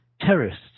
Terrorists